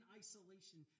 isolation